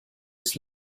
its